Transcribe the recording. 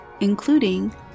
including